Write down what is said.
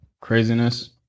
craziness